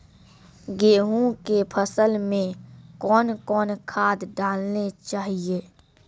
गेहूँ के फसल मे कौन कौन खाद डालने चाहिए?